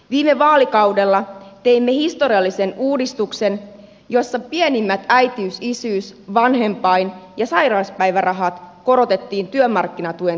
viime vaalikaudella teimme historiallisen uudistuksen jossa pienimmät äitiys isyys vanhempain ja sairauspäivärahat korotettiin työmarkkinatuen tasolle